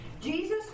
Jesus